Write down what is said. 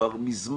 שלחנו